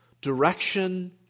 direction